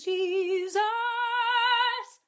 Jesus